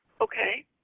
Okay